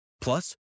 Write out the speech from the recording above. Plus